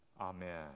Amen